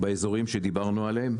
באזורים שדיברנו עליהם,